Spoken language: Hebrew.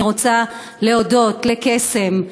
אני רוצה להודות לקסם,